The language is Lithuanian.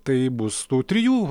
tai bus tų trijų